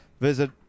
visit